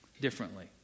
differently